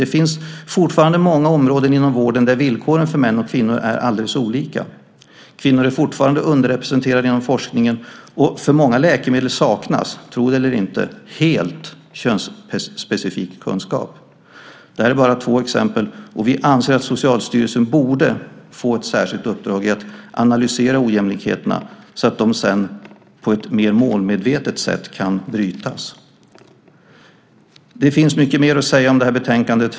Det finns fortfarande många områden inom vården där villkoren för män och kvinnor är alldeles olika. Kvinnor är fortfarande underrepresenterade inom forskningen, och för många läkemedel saknas - tro det eller inte - helt könsspecifik kunskap. Det här är bara två exempel, och vi anser att Socialstyrelsen borde få ett särskilt uppdrag att analysera ojämlikheterna så att de sedan på ett mer målmedvetet sätt kan brytas. Det finns mycket mer att säga om det här betänkandet.